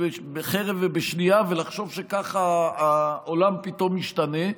בשנייה, ולחשוב שככה העולם פתאום משתנה.